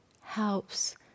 helps